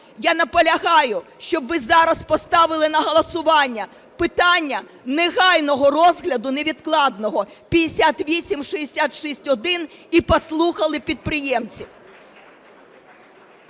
Я наполягаю, щоб ви зараз поставили на голосування питання негайного розгляду, невідкладного, 5866-1 і послухали підприємців.